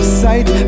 sight